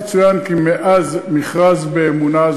יצוין כי מאז מכרז "באמונה",